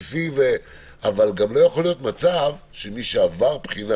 אבל גם לא יכול להיות מצב שמי שעבר בחינה